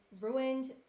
ruined